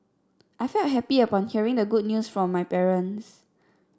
I felt happy upon hearing the good news from my parents